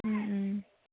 ও ও